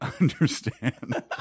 understand